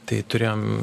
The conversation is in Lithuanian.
tai turėjom